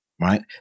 right